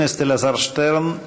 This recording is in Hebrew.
חבר הכנסת אלעזר שטרן,